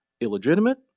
illegitimate